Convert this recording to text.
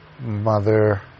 Mother